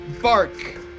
Bark